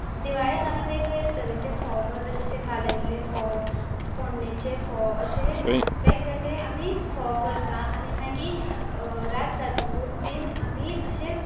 दिवाळेक आमी वेगळे वेगळे तरेचे फोव करतात जशें कालयल्ले फोव फोंडणेचे फोव अशे वेग वेगळे आमी फोव करतात आनी मागीर रात जातकूच बी आमी अशे